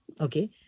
okay